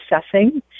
assessing